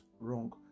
wrong